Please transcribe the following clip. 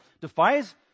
defies